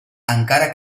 encara